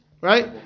right